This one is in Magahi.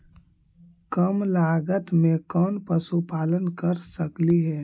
कम लागत में कौन पशुपालन कर सकली हे?